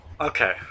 Okay